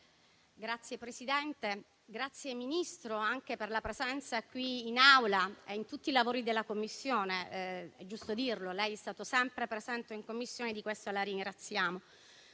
Signora Presidente, ringrazio il Ministro per la sua presenza qui in Aula e in tutti i lavori della Commissione. È giusto dirlo: lei è stato sempre presente in Commissione e di questo la ringraziamo.